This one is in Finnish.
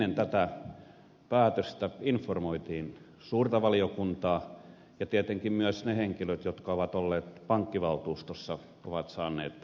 ennen tätä päätöstä informoitiin suurta valiokuntaa ja tietenkin myös ne henkilöt jotka ovat olleet pankkivaltuustossa ovat saaneet informaatiota